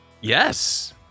Yes